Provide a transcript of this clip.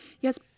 Yes